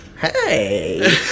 hey